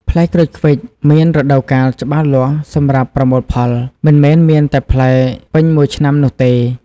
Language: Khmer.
ផ្លែក្រូចឃ្វិចមានរដូវកាលច្បាស់លាស់សម្រាប់ប្រមូលផល មិនមែនមានផ្លែពេញមួយឆ្នាំនោះទេ។